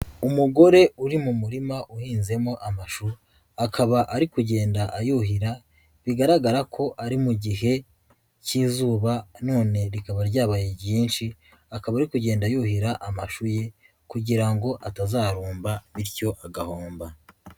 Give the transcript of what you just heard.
Umugore uri mu murima uhinzemo amashu, akaba ari kugenda ayuhira bigaragara ko ari mu gihe k'izuba none rikaba ryabaye ryinshi, akaba ari kugenda yuhira amashu ye kugira ngo atazarumba bityo agahomba.